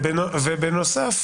בנוסף,